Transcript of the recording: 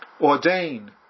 ordain